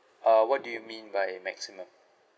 uh what do you mean by maximum